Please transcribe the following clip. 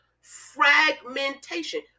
fragmentation